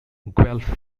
guelph